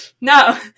no